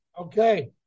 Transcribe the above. Okay